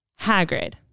Hagrid